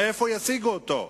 מאיפה ישיגו אותו?